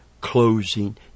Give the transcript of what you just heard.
closing